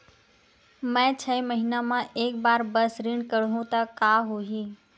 मैं छै महीना म एक बार बस ऋण करहु त का होही?